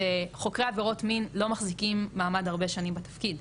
חוקרי עבירות מין לא מחזיקים מעמד הרבה שנים בתפקיד.